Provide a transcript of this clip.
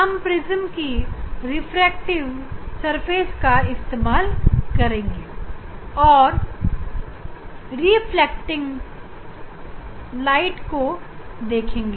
हम प्रिज्म की रिफ्रैक्टिव सतह का इस्तेमाल रिफ्लेक्टेड प्रकाश को देखने के लिए करेंगे